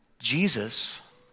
Jesus